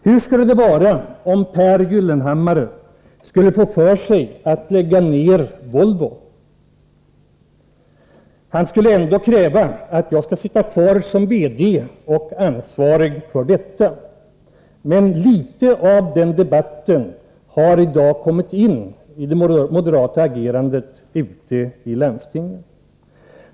Hur skulle det vara om Pehr Gyllenhammar fick för sig att lägga ned Volvo men ändå skulle kräva att få sitta kvar som verkställande direktör och som ansvarig för verksamheten? Litet av en sådan syn kan man i dag skönja i moderaternas agerande ute i landstingen.